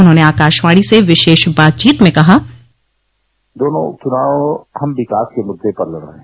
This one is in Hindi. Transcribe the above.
उन्होंने आकाशवाणी से विशेष बातचीत में कहा दोनों चुनाव हम विकास के मुद्दे पर लड़ रहे हैं